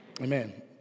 Amen